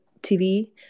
TV